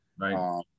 Right